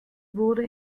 wurde